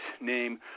name